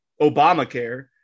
Obamacare